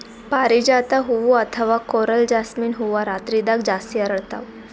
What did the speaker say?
ಪಾರಿಜಾತ ಹೂವಾ ಅಥವಾ ಕೊರಲ್ ಜಾಸ್ಮಿನ್ ಹೂವಾ ರಾತ್ರಿದಾಗ್ ಜಾಸ್ತಿ ಅರಳ್ತಾವ